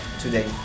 today